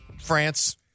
France